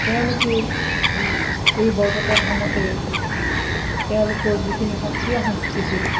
তেওঁলোকে এই বৰপেটা ধামতেই তেওঁলোকৰ যিখিনি সত্ৰীয়া সংস্কৃতি